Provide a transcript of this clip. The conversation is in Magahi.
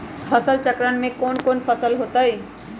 फसल चक्रण में कौन कौन फसल हो ताई?